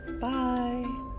Bye